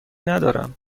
ندارم